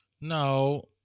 No